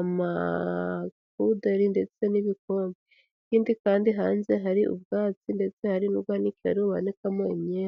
amapuderi ndetse n'ibikombe, ikindi kandi hanze hari ubwatsi ndetse hari n'ubwanikiro buhari bahanikamo imyenda.